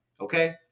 okay